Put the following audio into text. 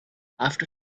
after